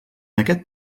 aquest